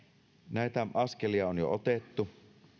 näitä askelia on jo otettu